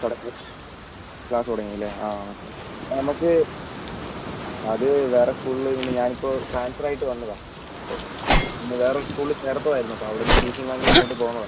തുടങ്ങി ക്ലാസ്സ് തുടങ്ങി അല്ലേ ആ ഓക്കെ നമുക്ക് അത് വേറെ സ്കൂളിൽ പിന്നെ ഞാനിപ്പോൾ ട്രാൻസ്ഫർ ആയിട്ട് വന്നതാണ് അപ്പം പിന്നെ വേറൊരു സ്കൂളിൽ ചേർത്തതായിരുന്നു അപ്പം അവിടെനിന്ന് ടി സിയും വാങ്ങിയിട്ട് ഇങ്ങോട്ട് പോന്നതാണ്